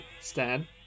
Stan